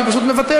והיא פשוט מוותרת,